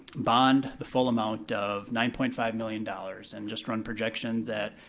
bond the full amount of nine point five million dollars and just run projections at,